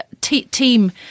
team